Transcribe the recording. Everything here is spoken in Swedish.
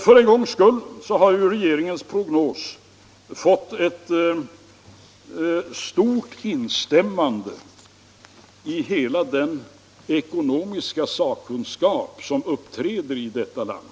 För en gångs skull har ju regeringens prognos fått ett stort instämmande av hela den ekonomiska sakkunskap som uppträder i detta land.